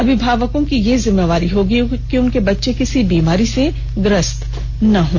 अभिभावकों की यह जिम्मेदारी होगी कि उनके बच्चे किसी बीमारी से ग्रस्त न हों